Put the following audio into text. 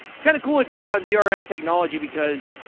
it's kind of cool it's built on zrx technology because,